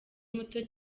muto